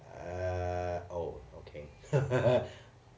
uh oh okay